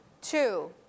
two